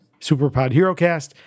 superpodherocast